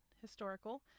historical